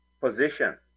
position